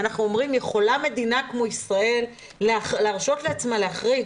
אנחנו אומרים שיכולה מדינה כמו ישראל להרשות לעצמה להחריג